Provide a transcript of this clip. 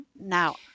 Now